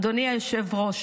אדוני היושב-ראש,